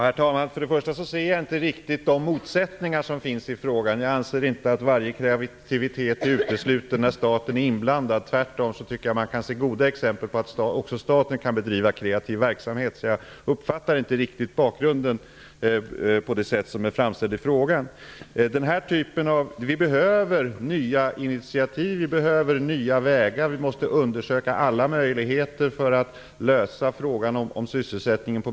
Herr talman! Först och främst vill jag säga att jag inte riktigt ser de motsättningar som finns i frågan. Jag anser inte att all kreativitet är utesluten när staten är inblandad. Jag tycker tvärtom att man kan se goda exempel på att också staten kan bedriva en kreativ verksamhet. Jag uppfattar alltså inte bakgrunden riktigt på det sätt som den är framställd i frågan. Vi behöver nya initiativ och nya vägar. Vi måste undersöka alla möjligheter att på bästa sätt lösa problemet med sysselsättningen.